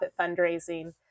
fundraising